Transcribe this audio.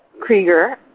Krieger